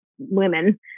women